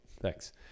Thanks